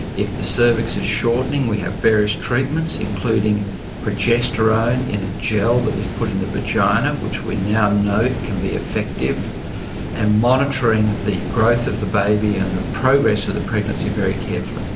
if the cervix is shortening we have various treatments including progesterone in a gel, that they put in the vagina, which we now know can be effective and monitoring the growth of the baby and the progress of the pregnancy very carefully.